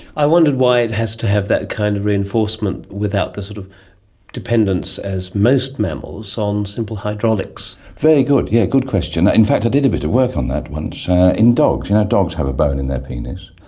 i wondered why it has to have that kind of reinforcement without the sort of dependence, as most mammals, on simple hydraulics. very good, yes, yeah good question. in fact i did a bit of work on that once in dogs. did you know dogs have a bone in their penis?